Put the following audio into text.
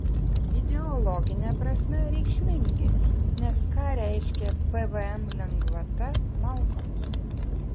ideologine prasme reikšmingi nes ką reiškia pvm lengvata malkoms